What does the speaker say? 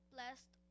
Blessed